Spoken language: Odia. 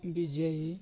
ଭିଜେଇ